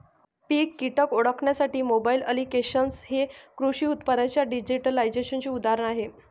पीक कीटक ओळखण्यासाठी mobile applications हे कृषी उत्पादनांच्या डिजिटलायझेशनचे उदाहरण आहे